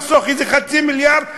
לחסוך איזה חצי מיליארד,